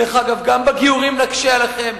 דרך אגב, גם בגיורים נקשה עליכם.